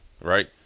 right